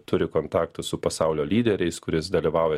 turi kontaktų su pasaulio lyderiais kuris dalyvauja